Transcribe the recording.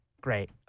Great